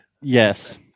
yes